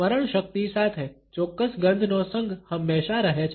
સ્મરણશક્તિ સાથે ચોક્કસ ગંધનો સંગ હંમેશા રહે છે